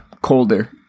colder